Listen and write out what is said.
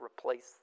replace